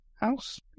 house